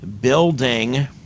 building